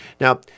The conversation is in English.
Now